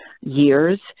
years